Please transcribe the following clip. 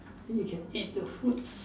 then you can eat the foods